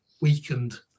weakened